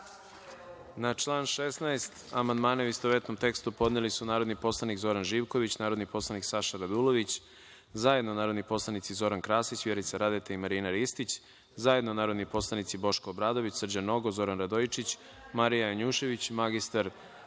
član 16. amandmane, u istovetnom tekstu, podneli su narodni poslanik Zoran Živković, narodni poslanik Saša Radulović, zajedno narodni poslanici Zoran Krasić, Vjerica Radeta i Marina Ristić, zajedno narodni poslanici Boško Obradović, Srđan Nogo, Zoran Radojičić, Marija Janjušević, mr